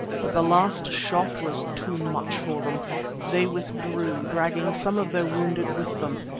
but the last shot was too much for them they withdrew, dragging some of their wounded with them,